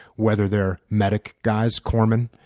whether they're medic guys, corpsmen,